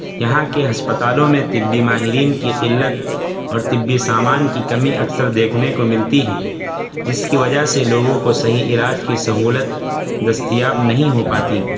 یہاں کے ہسپتالوں میں طبی ماہرین کی قلت اور طبی سامان کی کمی اکثر دیکھنے کو ملتی ہے جس کی وجہ سے لوگوں کو صحیح علاج کی سہولت دستیاب نہیں ہو پاتی